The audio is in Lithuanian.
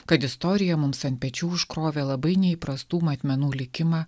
kad istorija mums ant pečių užkrovė labai neįprastų matmenų likimą